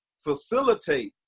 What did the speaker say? facilitate